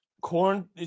Corn